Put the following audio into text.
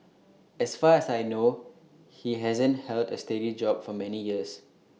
as far as I know he hasn't held A steady job for many years